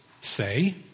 say